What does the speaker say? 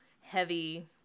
heavy